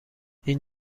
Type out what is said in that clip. این